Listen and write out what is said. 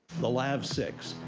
the lav six,